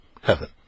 heaven